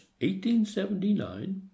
1879